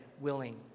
willing